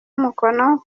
umukono